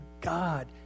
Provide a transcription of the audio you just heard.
God